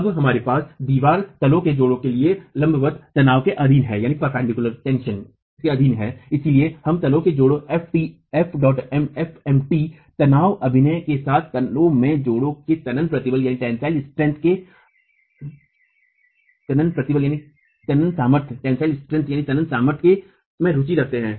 अब हमारे पास दीवार तालों के जोड़ों के लिए लंबवत तनाव के अधीन है और इसलिए हम तालों के जोड़ों f mt तनाव अभिनय के साथ तालों के जोड़ों के तनन प्रतिबल में रुचि रखते हैं